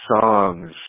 songs